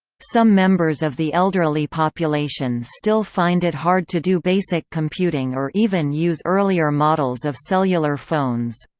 some members of the elderly population still find it hard to do basic computing or even use earlier models of cellular phones.